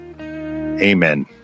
Amen